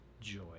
joy